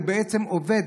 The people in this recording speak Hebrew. הוא בעצם עובד,